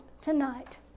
tonight